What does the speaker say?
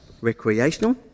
Recreational